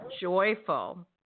joyful